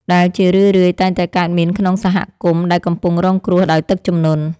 ដែលជារឿយៗតែងតែកើតមានក្នុងសហគមន៍ដែលកំពុងរងគ្រោះដោយទឹកជំនន់។